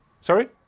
Sorry